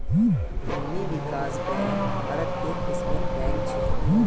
भूमि विकास बैंक भारत्त एक किस्मेर बैंक छेक